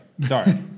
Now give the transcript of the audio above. sorry